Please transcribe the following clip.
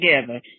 together